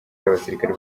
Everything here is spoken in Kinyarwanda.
y’abasirikare